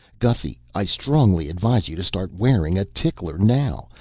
gussy, i strongly advise you to start wearing a tickler now.